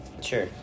Sure